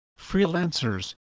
freelancers